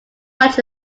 much